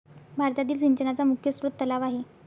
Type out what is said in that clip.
भारतातील सिंचनाचा मुख्य स्रोत तलाव आहे